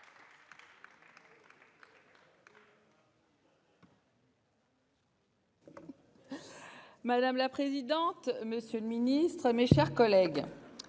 madame la présidente. Monsieur le Ministre, mes chers collègues,